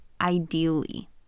ideally